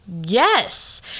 Yes